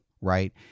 right